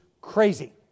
crazy